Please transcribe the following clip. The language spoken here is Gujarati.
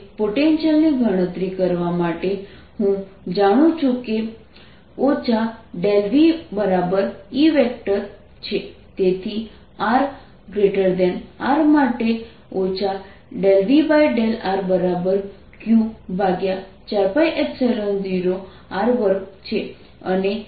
r ≤ R Dk0E E 1kQ4π0 r2r rR D 0E EQ4π0 r2r હવે પોટેન્ટિઅલની ગણતરી કરવા માટે હું જાણું છું કે V E છે